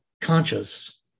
conscious